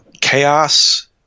chaos